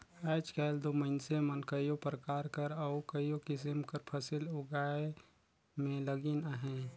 आएज काएल दो मइनसे मन कइयो परकार कर अउ कइयो किसिम कर फसिल उगाए में लगिन अहें